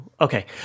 okay